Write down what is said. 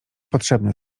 potrzebny